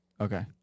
Okay